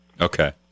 Okay